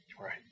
right